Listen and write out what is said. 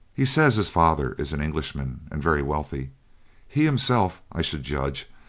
he says his father is an englishman and very wealthy he himself, i should judge,